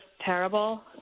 terrible